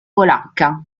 polacca